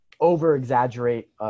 over-exaggerate